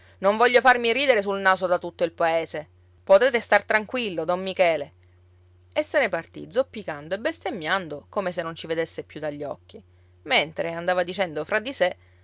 non voglio farmi ridere sul naso da tutto il paese potete star tranquillo don michele e se ne partì zoppicando e bestemmiando come se non ci vedesse più dagli occhi mentre andava dicendo fra di sé